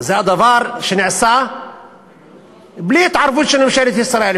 זה הדבר שנעשה בלי התערבות של ממשלת ישראל,